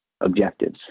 objectives